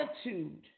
attitude